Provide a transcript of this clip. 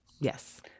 Yes